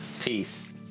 Peace